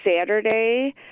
Saturday